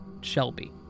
Shelby